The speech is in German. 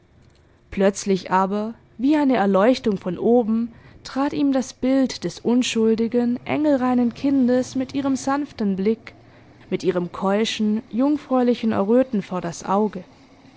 plötzlich aber wie eine erleuchtung von oben trat ihm das bild des unschuldigen engelreinen kindes mit ihrem sanften blick mit ihrem keuschen jungfräulichen erröten vor das auge nein